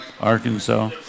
Arkansas